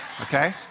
Okay